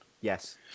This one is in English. Yes